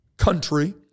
country